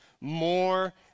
more